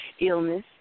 illness